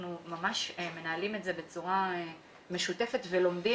אנחנו ממש מנהלים את זה בצורה משותפת ולומדים